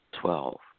Twelve